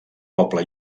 poble